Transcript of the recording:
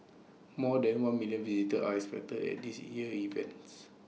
more than one million visitors ice expected at this year's events